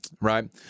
Right